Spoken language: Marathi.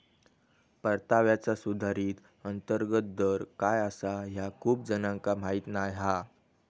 परताव्याचा सुधारित अंतर्गत दर काय आसा ह्या खूप जणांका माहीत नाय हा